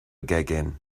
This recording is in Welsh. gegin